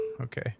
Okay